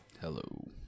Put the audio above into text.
Hello